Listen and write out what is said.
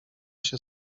się